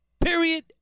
Period